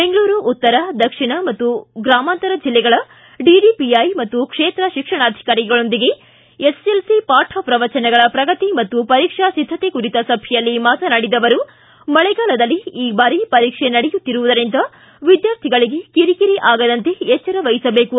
ಬೆಂಗಳೂರು ಉತ್ತರ ದಕ್ಷಿಣ ಮತ್ತು ಗ್ರಾಮಾಂತರ ಜಿಲ್ಲೆಗಳ ಡಿಡಿಪಿಐ ಮತ್ತು ಕ್ಷೇತ್ರ ಶಿಕ್ಷಣಾಧಿಕಾರಿಗಳೊಂದಿಗೆ ಎಸ್ಎಸ್ಎಲ್ಸಿ ಪಾಠ ಪ್ರವಚನಗಳ ಪ್ರಗತಿ ಮತ್ತು ಪರೀಕ್ಷಾ ಸಿದ್ದತೆ ಕುರಿತ ಸಭೆಯಲ್ಲಿ ಮಾತನಾಡಿದ ಅವರು ಮಳೆಗಾಲದಲ್ಲಿ ಈ ಬಾರಿ ಪರೀಕ್ಷೆ ನಡೆಯುತ್ತಿರುವುದರಿಂದ ವಿದ್ಯಾರ್ಥಿಗಳಿಗೆ ಕಿರಿಕಿರಿ ಆಗದಂತೆ ಎಚ್ಚರ ವಹಿಸಬೇಕು